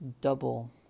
Double